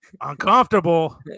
uncomfortable